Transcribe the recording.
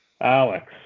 Alex